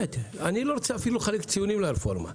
אני לא רוצה אפילו לחלק ציונים לרפורמה.